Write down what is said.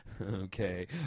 Okay